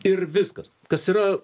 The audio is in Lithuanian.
ir viskas kas yra